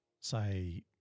say